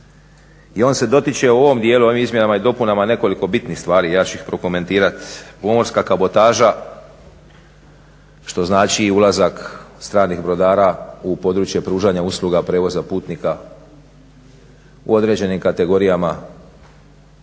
i on se dotiče u ovom dijelu ovim izmjenama i dopunama nekoliko bitnih stvari. Ja ću ih prokomentirati. Pomorska kabotaža što znači i ulazak stranih brodara u područje pružanja usluga prijevoza putnika u određenim kategorijama